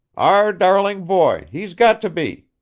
our darling boy he's got to be,